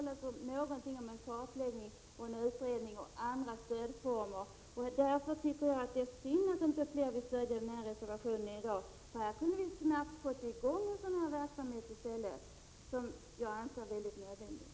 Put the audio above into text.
Jag tror att Ingbritt Irhammar och jag får ta kontakt med våra partikamrater i socialutskottet och se till, att någonting kommer till stånd. Vi kanske kan enas på den punkten.